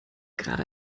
gerade